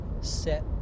set